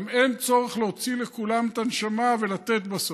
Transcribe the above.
גם אין צורך להוציא לכולם את הנשמה ולתת בסוף,